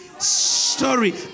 story